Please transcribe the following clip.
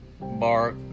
Bar